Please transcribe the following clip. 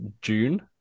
June